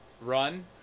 run